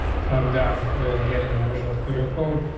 so i'm done. we're getting my visual studio code.